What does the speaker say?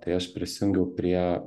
tai aš prisijungiau prie